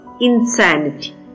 insanity